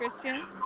Christian